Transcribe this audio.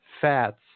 fats